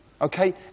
okay